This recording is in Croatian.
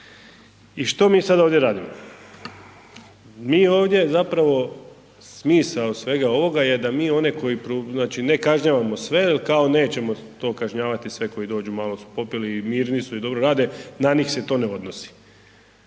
I što mi sad ovdje radimo? Mi ovdje zapravo, smisao svega ovoga je da mi one koji, znači ne kažnjavamo sve, kao nećemo to kažnjavati sve koji dođu, malo su popili i mirni su i dobro rade, na njih se to ne odnosi